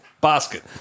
Basket